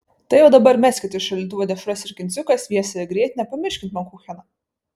tai jau dabar meskit iš šaldytuvų dešras ir kindziuką sviestą ir grietinę pamirškit bankucheną